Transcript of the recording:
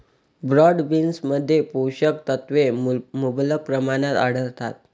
broad बीन्समध्ये पोषक तत्वे मुबलक प्रमाणात आढळतात